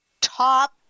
top